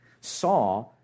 saw